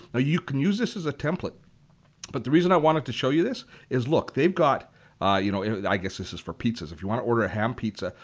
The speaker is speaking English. ah you can use this as a template but the reason i wanted to show you this is look, they've got you know i guess this is for pizzas if you want to order a ham pizza,